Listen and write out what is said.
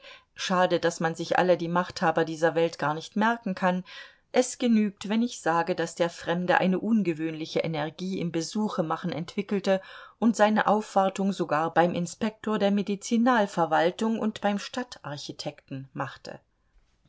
schade daß man sich alle die machthaber dieser welt gar nicht merken kann es genügt wenn ich sage daß der fremde eine ungewöhnliche energie im besuchemachen entwickelte und seine aufwartung sogar beim inspektor der medizinalverwaltung und beim stadtarchitekten machte